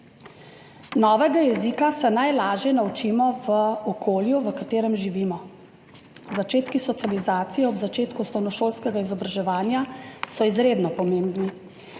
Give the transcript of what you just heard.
Novega jezika se najlažje naučimo v okolju, v katerem živimo. Začetki socializacije ob začetku osnovnošolskega izobraževanja so izredno pomembni,